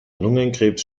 lungenkrebs